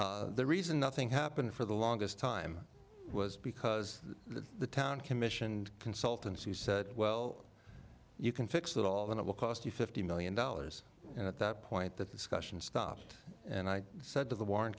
the reason nothing happened for the longest time was because the town commissioned consultants who said well you can fix it all and it will cost you fifty million dollars and at that point that discussion stopped and i said to the warr